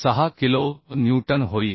6 kilonewton होईल